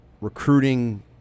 recruiting